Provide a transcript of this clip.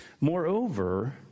moreover